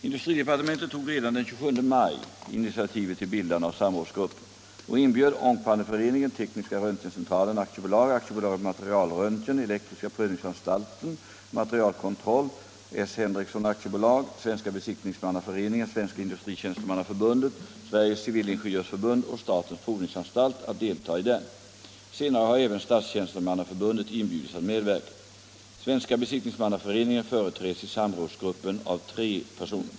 Industridepartementet tog redan den 27 maj initiativet till bildande av samrådsgruppen och inbjöd Ångpanneföreningen, Tekniska Röntgencentralen AB, AB Materialröntgen, Elektriska Prövningsanstalten AB, Materialkontroll S. Henrikson AB, Svenska besikt ningsmannaföreningen, Svenska industritjänstemannaförbundet, Sveriges civilingenjörsförbund och statens provningsanstalt att delta i den. Senare har även Statstjänstemannaförbundet inbjudits att medverka. Svenska besiktningsmannaföreningen företräds i samrådsgruppen av tre personer.